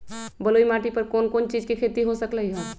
बलुई माटी पर कोन कोन चीज के खेती हो सकलई ह?